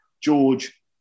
George